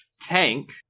tank